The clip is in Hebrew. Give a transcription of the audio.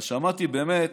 אבל שמעתי באמת,